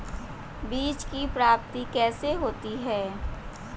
बीज की प्राप्ति कैसे होती है?